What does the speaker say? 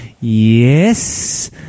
Yes